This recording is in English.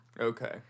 Okay